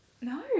No